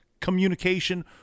communication